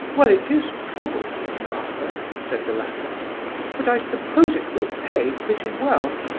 well, it is troublesome, rather, said the latter but i suppose it will pay pretty well.